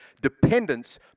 dependence